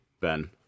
Ben